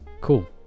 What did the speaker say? Cool